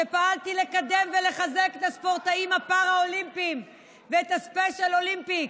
שפעלתי לקדם ולחזק את הספורטאים הפראלימפיים ואת ה-Special Olympics,